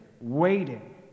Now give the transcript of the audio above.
waiting